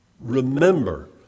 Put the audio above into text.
Remember